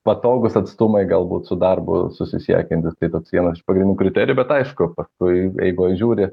patogūs atstumai galbūt su darbu susisiekiantys tai toks vienas iš pagrindų kriterijų bet aišku paskui eigoj žiūri